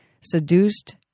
seduced